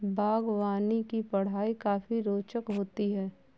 बागवानी की पढ़ाई काफी रोचक होती है